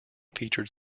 featured